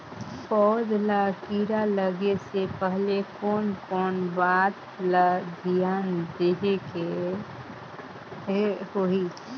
पौध ला कीरा लगे से पहले कोन कोन बात ला धियान देहेक होही?